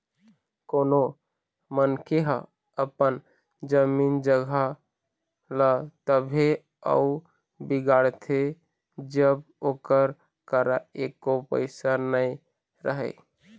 कोनो मनखे ह अपन जमीन जघा ल तभे अउ बिगाड़थे जब ओकर करा एको पइसा नइ रहय